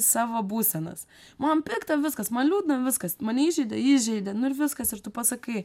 savo būsenas man pikta viskas man liūdna viskas mane įžeidė įžeidė ir viskas ir tu pasakai